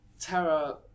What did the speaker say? terror